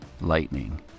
Lightning